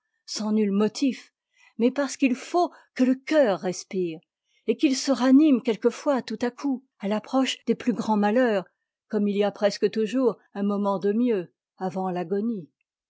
sans nul motif mais parce qu'il faut que le coeur respire et qu'il se ranime quelquefois tout à coup à l'approche des plus grands malheurs comme il y a presque toujours un moment de mieux avant l'agonie